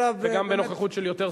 וגם בנוכחות של יותר שרים.